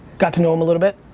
got to know him a little bit.